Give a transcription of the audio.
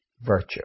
virtue